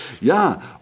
ja